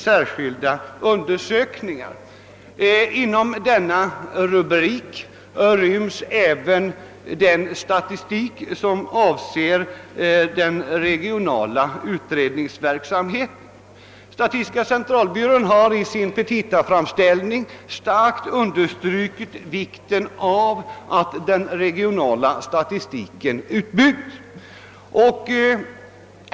Avsikten är att med dessa medel även skall bestridas kostnader för statistik som avser den regionala utredningsverksamheten. Statistiska centralbyrån har i sina petita starkt understrukit vikten av att den regionala statistiken byggs ut.